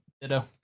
Ditto